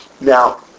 Now